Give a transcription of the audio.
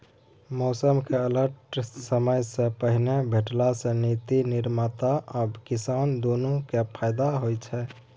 मौसमक अलर्ट समयसँ पहिने भेटला सँ नीति निर्माता आ किसान दुनु केँ फाएदा होइ छै